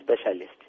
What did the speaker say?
specialist